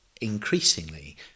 increasingly